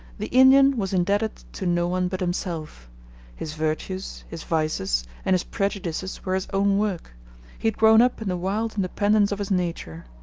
the indian was indebted to no one but himself his virtues, his vices, and his prejudices were his own work he had grown up in the wild independence of his nature.